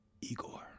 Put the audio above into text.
Igor